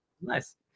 nice